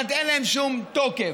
אבל אין להם שום תוקף.